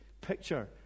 picture